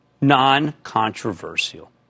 non-controversial